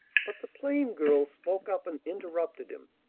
but the plain girl spoke up and interrupted him.